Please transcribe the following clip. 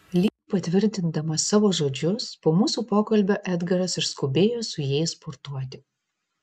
lyg patvirtindamas savo žodžius po mūsų pokalbio edgaras išskubėjo su jais sportuoti